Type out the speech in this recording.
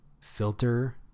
filter